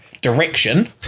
direction